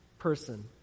Person